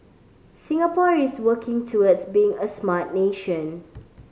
Singapore is working towards being a smart nation